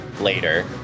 later